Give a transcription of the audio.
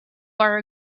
are